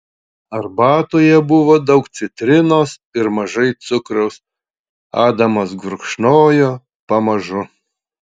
arbatoje buvo daug citrinos ir mažai cukraus adamas gurkšnojo pamažu